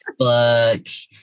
Facebook